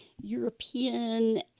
european